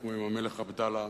כמו עם המלך עבדאללה,